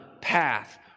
path